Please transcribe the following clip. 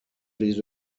ریز